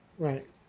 right